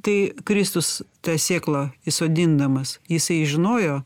tai kristus tą sėklą įsodindamas jisai žinojo